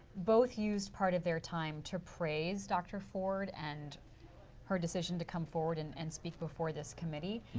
both used part of their time to praise dr. ford, and her decision to come forward and and speak before this committee.